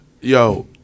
Yo